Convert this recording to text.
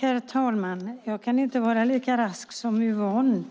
Herr talman! Jag kan inte vara lika rask som Yvonne.